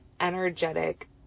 energetic